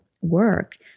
work